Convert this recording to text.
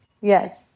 Yes